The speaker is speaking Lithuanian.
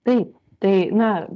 taip tai na